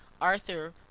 Arthur